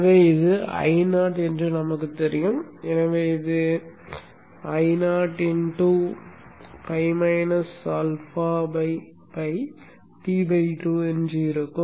எனவே இது Io என்று நமக்குத் தெரியும் எனவே இது Ioπ απ T2 ஆக இருக்கும்